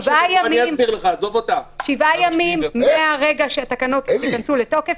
7 ימים מרגע שהתקנות ייכנסו לתוקף.